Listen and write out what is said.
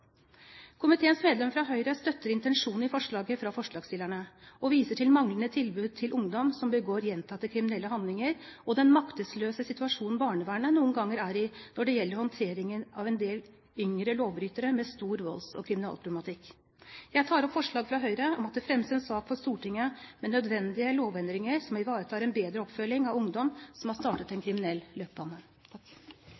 Komiteens medlemmer fra Høyre støtter intensjonen i forslaget fra forslagsstillerne og viser til manglende tilbud til ungdom som begår gjentatte kriminelle handlinger, og den maktesløse situasjonen barnevernet noen ganger er i når det gjelder håndteringen av en del yngre lovbrytere med stor volds- og kriminalproblematikk. Jeg tar opp følgende forslag fra Høyre: «Stortinget ber regjeringen fremme sak for Stortinget med nødvendige lovendringer som ivaretar en bedre oppfølging av ungdom som har startet en